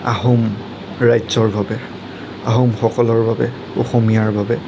আহোম ৰাজ্যৰ বাবে আহোম সকলৰ বাবে অসমীয়াৰ বাবে